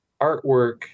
artwork